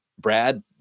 Brad